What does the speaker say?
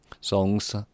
songs